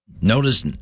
Notice